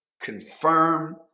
confirm